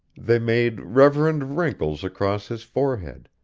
they made reverend wrinkles across his forehead,